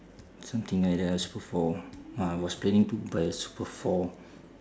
something like that ah super four ah I was planning to buy super four